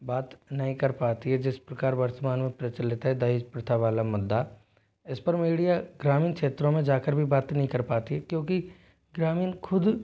बात नहीं कर पाती है जिस प्रकार वर्तमान में प्रचलित है दहेज प्रथा वाला मुद्दा इस पर मीडिया ग्रामीण क्षेत्रों में जाकर भी बात नहीं कर पाती क्योंकि ग्रामीण खुद